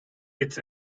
its